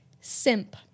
simp